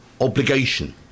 obligation